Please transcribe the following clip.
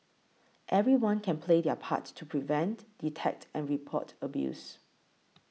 everyone can play their part to prevent detect and report abuse